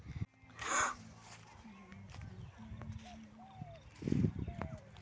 ऐसा कुन कुन फसल होचे जहाक एक बार लगाले लंबा समय तक चलो होबे?